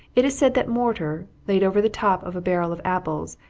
it is said that mortar, laid over the top of a barrel of apples,